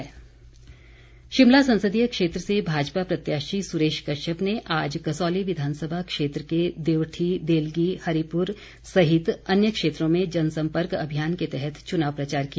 सुरेश कश्यप शिमला संसदीय क्षेत्र से भाजपा प्रत्याशी सुरेश कश्यप ने आज कसौली विधानसभा क्षेत्र के देवठी देलगी हरिपुर सहित अन्य क्षेत्रों में जनसंपर्क अभियान के तहत चुनाव प्रचार किया